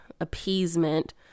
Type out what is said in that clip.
appeasement